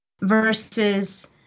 versus